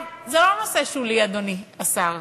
זה לא נושא שולי, אדוני השר.